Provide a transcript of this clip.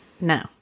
No